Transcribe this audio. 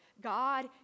God